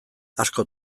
asko